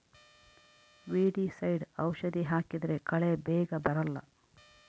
weedicide ಔಷಧಿ ಹಾಕಿದ್ರೆ ಕಳೆ ಬೇಗ ಬರಲ್ಲ